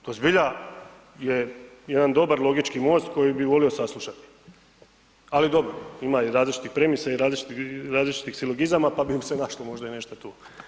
To zbilja je jedan dobar logički most koji bi volio saslušati ali dobro, ima i različitih premisa i različitih silogizama pa bi im se našlo možda i nešto tu.